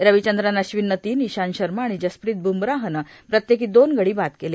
रविचंद्रन अश्विननं तीन इशांत शर्मा आणि जसप्रित ब्मराहनं प्रत्येकी दोन गडी बाद केले